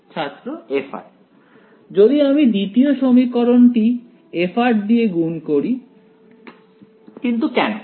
ছাত্র f যদি আমি দ্বিতীয় সমীকরণটি f দিয়ে গুণ করি কিন্তু কেন